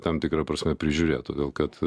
tam tikra prasme prižiūrėt todėl kad